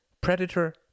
predator